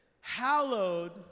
hallowed